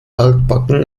altbacken